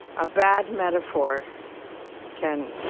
a bad metaphor can